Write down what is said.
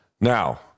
Now